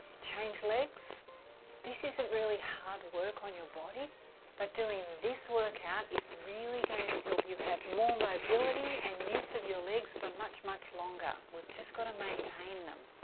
change legs this isn't really hard work on your body but doing this workout is really going to help you have more mobility and use of your legs for much much longer we've just got to maintain them